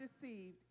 deceived